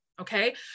Okay